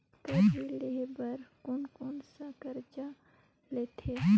Car ऋण लेहे बार कोन कोन सा कागज़ लगथे?